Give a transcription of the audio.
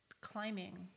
climbing